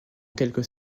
quelques